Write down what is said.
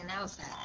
outside